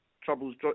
troubles